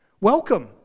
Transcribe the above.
Welcome